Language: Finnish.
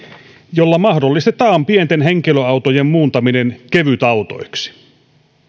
jolla mahdollistetaan pienten henkilöautojen muuntaminen kevytautoiksi